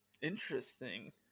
interesting